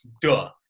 duh